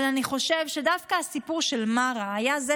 אבל אני חושב שדווקא הסיפור של מארה היה זה